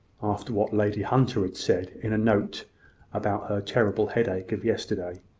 after what lady hunter had said in a note about her terrible headache of yesterday.